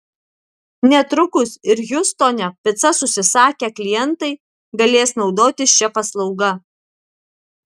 netrukus ir hjustone picas užsisakę klientai galės naudotis šia paslauga